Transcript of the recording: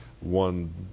one